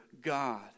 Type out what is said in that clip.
God